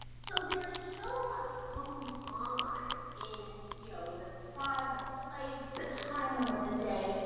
so there is so much going on in you know the size of plates, the timing of the day,